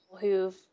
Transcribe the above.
who've